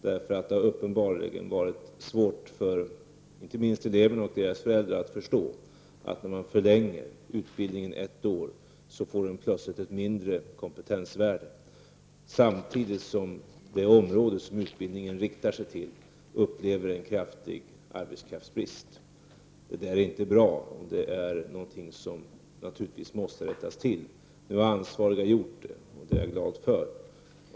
Det har inte minst varit svårt för eleverna och deras föräldrar att förstå att utbildningen plötsligt får ett mindre kompetensvärde när man förlänger den ett år samtidigt som man upplever en kraftig arbetskraftsbrist. Detta är inte bra, och det är naturligtvis någonting som man måste rätta till. Nu har de ansvariga gjort detta, och det är jag glad över.